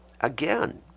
again